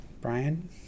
Brian